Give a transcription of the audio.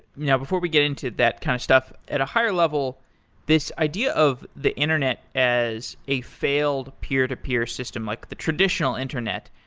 now, before we get into that kind of stuff, at a higher level this idea of the internet as a failed peer-to-peer system, like the traditional internet,